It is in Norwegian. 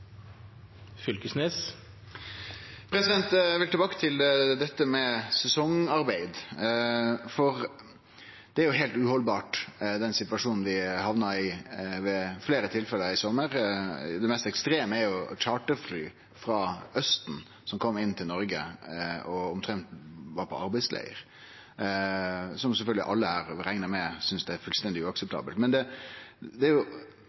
Eg vil tilbake til dette med sesongarbeid, for den situasjonen vi hamna i ved fleire tilfelle i sommar, er heilt uhaldbar. Det mest ekstreme er jo charterfly frå Austen som kom til Noreg med arbeidarar som omtrent var på arbeidsleir, noko som sjølvsagt alle her, reknar eg med, synest er fullstendig uakseptabelt. Men den situasjonen vi er i no, det er